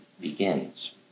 begins